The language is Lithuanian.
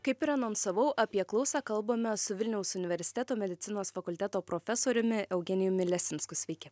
kaip ir anonsavau apie klausą kalbame su vilniaus universiteto medicinos fakulteto profesoriumi eugenijumi lesinsku sveiki